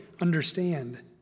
understand